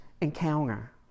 encounter